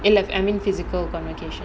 இல்ல:illa I mean physical convocation